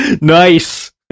Nice